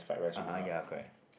(uh huh) ya correct